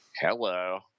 Hello